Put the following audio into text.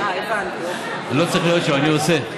אני לא צריך להיות שם, אני עושה.